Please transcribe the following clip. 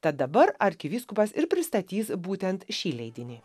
tad dabar arkivyskupas ir pristatys būtent šį leidinį